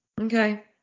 Okay